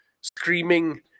screaming